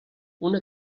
una